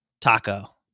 taco